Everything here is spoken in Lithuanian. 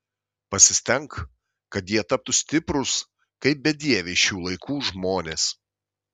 pasistenk kad jie taptų stiprūs kaip bedieviai šių laikų žmonės